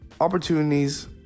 Opportunities